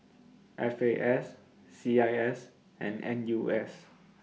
F A S C I S and N U S